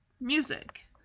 music